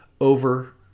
over